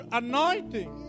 anointing